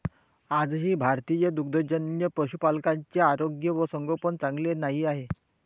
आजही भारतीय दुग्धजन्य पशुपालकांचे आरोग्य व संगोपन चांगले नाही आहे